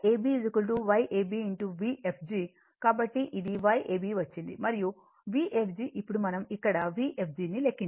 కాబట్టి ఇది Yab వచ్చింది మరియు Vfg ఇప్పుడు మనం ఇక్కడ Vfg ను లెక్కించాము